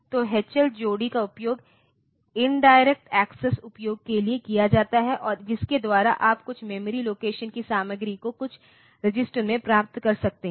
तो HL जोड़ी का उपयोग इनडायरेक्ट एक्सेस उपयोग के लिए किया जाता है और जिसके द्वारा आप कुछ मेमोरी लोकेशन की सामग्री को कुछ रजिस्टर में प्राप्त कर सकते हैं